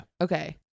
Okay